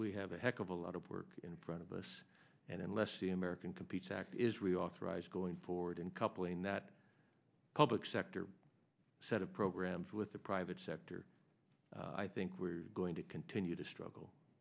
we have a heck of a lot of work in front of us and unless the american competes act is reauthorized going forward and coupling that public sector set of programs with the private sector i think we're going to continue to struggle